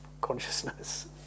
consciousness